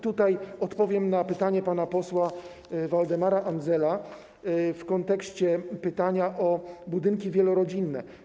Tutaj odpowiem na pytanie pana posła Waldemara Andzela w kontekście pytania o budynki wielorodzinne.